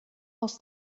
aus